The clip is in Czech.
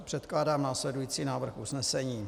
Předkládám následující návrh usnesení.